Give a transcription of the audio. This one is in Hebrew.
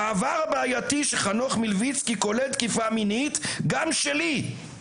העבר הבעייתי של חנוך מלביצקי כולל תקיפה מינית גם שלי,